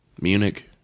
Munich